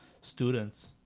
students